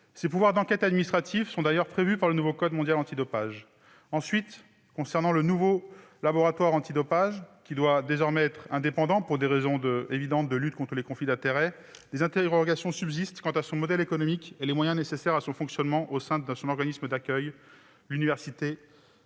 Ces pouvoirs d'enquête administrative sont d'ailleurs prévus par le nouveau code mondial antidopage. Ensuite, pour ce qui concerne le nouveau laboratoire antidopage, qui doit désormais être indépendant pour des raisons évidentes de lutte contre les conflits d'intérêts, des interrogations subsistent sur son modèle économique et les moyens nécessaires à son fonctionnement au sein de son organisme d'accueil, l'université